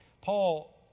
Paul